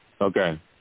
Okay